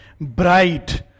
bright